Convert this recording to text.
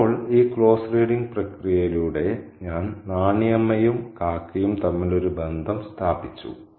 ഇപ്പോൾ ഈ close reading പ്രക്രിയയിലൂടെ ഞാൻ നാണി അമ്മയും കാക്കയും തമ്മിൽ ഒരു ബന്ധം സ്ഥാപിച്ചു